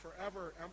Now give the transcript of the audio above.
forever